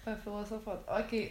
pafilosofuot okei